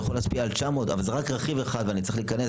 יכול להשפיע על 900 אבל זה רק רכיב אחד ואני צריך להיכנס